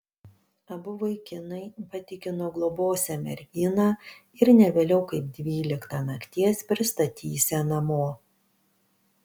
abu vaikinai patikino globosią merginą ir ne vėliau kaip dvyliktą nakties pristatysią namo